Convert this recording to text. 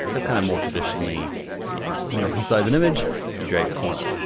that's kinda more traditionally yeah, you wanna resize an image you drag the corner.